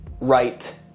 right